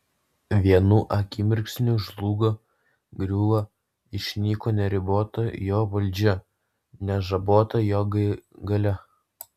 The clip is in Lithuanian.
vienu akimirksniu žlugo griuvo išnyko neribota jo valdžia nežabota jo galia